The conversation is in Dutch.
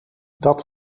dat